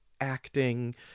acting